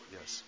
yes